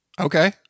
Okay